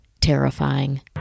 terrifying